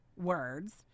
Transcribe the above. words